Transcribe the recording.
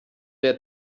der